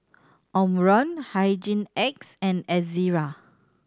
Omron Hygin X and Ezerra